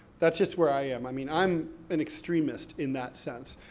that's just where i am, i mean, i'm an extremist in that sense.